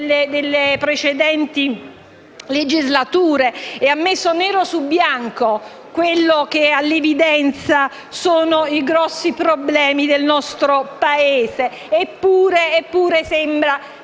delle precedenti legislature, e ha messo nero su bianco quelli che ad ogni evidenza sono i grandi problemi del nostro Paese. Eppure, sembra